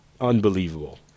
unbelievable